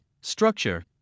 structure